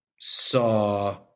saw